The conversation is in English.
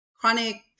chronic